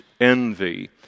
envy